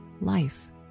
life